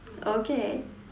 okay